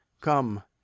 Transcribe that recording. Come